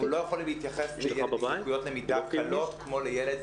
אנחנו לא יכולים להתייחס לילד עם לקויות למידה קלות כמו לילד